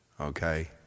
okay